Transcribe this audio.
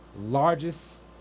largest